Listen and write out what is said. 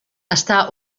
està